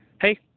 hey